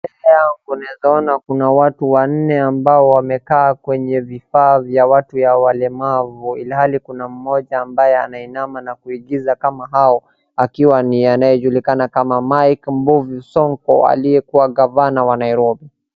Mbele yangu naeza ona kuna watu wanne ambao wamekaa kwenye vifaa vya watu walemavu, ilhali kuna mmoja ambaye anainama na kuigiza kama hao akiwa ni anayejulikana kama Mike Mbuvi Sonko aliyekuwa gavana wa Nairobi.